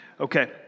Okay